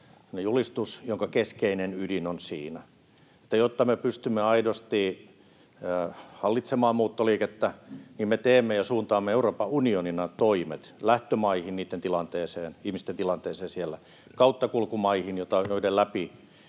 julistus, jonka keskeinen ydin on siinä, että jotta me pystymme aidosti hallitsemaan muuttoliikettä, me teemme ja suuntaamme Euroopan unionina toimet lähtömaihin niitten ihmisten tilanteeseen siellä, kauttakulkumaihin, joiden läpi